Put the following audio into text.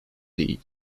league